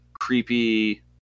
creepy